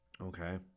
Okay